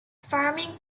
farming